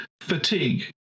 fatigue